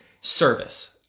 service